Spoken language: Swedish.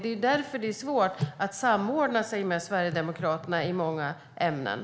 Det är därför det är svårt att samordna sig med Sverigedemokraterna i många frågor.